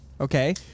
okay